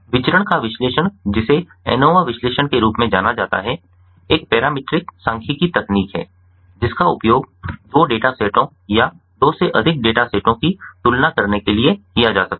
विचरण का विश्लेषण जिसे एनोवा विश्लेषण के रूप में जाना जाता है एक पैरामीट्रिक सांख्यिकीय तकनीक है जिसका उपयोग दो डेटा सेटों या दो से अधिक डेटा सेटों की तुलना करने के लिए किया जा सकता है